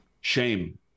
Shame